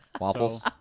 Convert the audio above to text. waffles